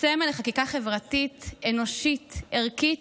סמל לחקיקה חברתית, אנושית, ערכית.